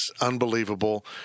unbelievable